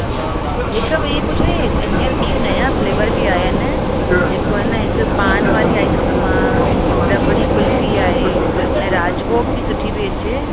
अच्छा हिक ही पुछिणी हुई हीअंर ॿियूं नयां फ़्लेवर बि आया आहिनि जेको आहे न हिक पान वारी आइस्क्रीम आहे रबड़ी कुल्फ़ी आहे ऐं राजभोग बि सुठी पइ अचे